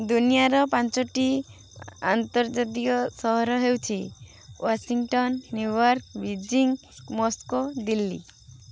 ଦୁନିଆର ପାଞ୍ଚଟି ଆନ୍ତର୍ଜାତିକ ସହର ହେଉଛି Washington New York Beijing Moscow Delhi